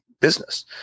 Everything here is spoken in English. business